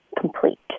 complete